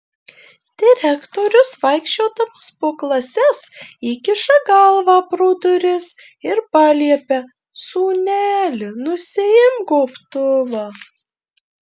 direktorius vaikščiodamas po klases įkiša galvą pro duris ir paliepia sūneli nusiimk gobtuvą